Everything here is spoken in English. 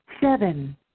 seven